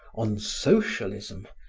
on socialism,